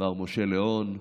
מר משה לאון,